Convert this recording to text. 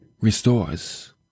restores